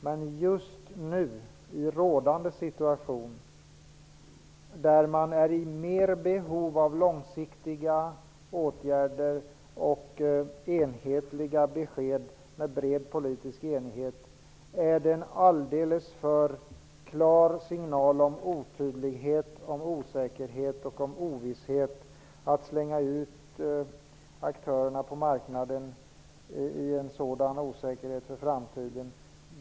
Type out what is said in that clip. Men i rådande situation, där man är mer i behov av långsiktiga åtgärder och enhetliga besked i bred politisk enighet, är en sådan utredning som motionärerna vill ha en alldeles för klar signal om otydlighet, om osäkerhet och om ovisshet. Det vore att slänga ut aktörerna på marknaden i osäkerhet för framtiden.